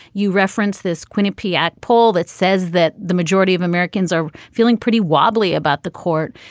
you reference this quinnipiac poll that says that the majority of americans are feeling pretty wobbly about the court.